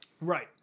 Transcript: Right